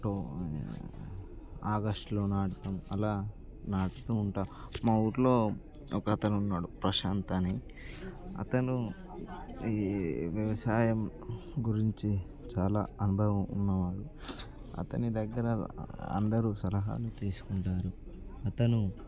అక్టో ఆగస్టులో అలా నాటుతూ ఉంటా మా ఊరిలో ఒకతనున్నాడు ప్రశాంతని అతను ఈ వ్యవసాయం గురించి చాలా అనుభవం ఉన్నవాడు అతని దగ్గర అందరు సలహలు తీసుకుంటారు అతను